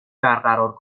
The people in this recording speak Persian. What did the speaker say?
برقرار